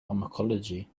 pharmacology